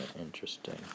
interesting